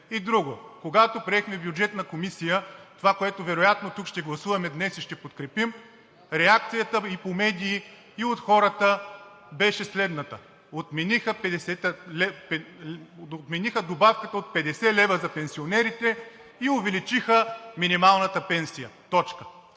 И друго, когато приехме в Бюджетната комисия това, което вероятно тук ще гласуваме днес и ще подкрепим, реакцията и от медиите, и от хората беше следната: отмениха добавката от 50 лв. за пенсионерите и увеличиха минималната пенсия. Точка!